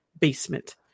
basement